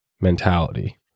mentality